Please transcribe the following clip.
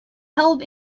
held